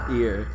ear